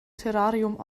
terrarium